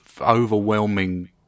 overwhelming